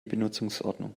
benutzungsordnung